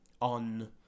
on